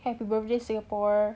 happy birthday Singapore